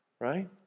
Right